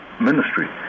ministry